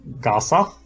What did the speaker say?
Gaza